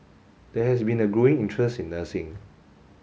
there has been a growing interest in nursing